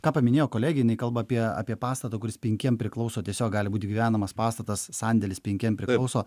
ką paminėjo kolegė jinai kalba apie apie pastatą kuris penkiem priklauso tiesiog gali būti gyvenamas pastatas sandėlis penkiem priklauso